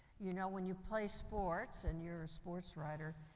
you know when you play sports, and you're a sports writer,